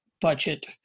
budget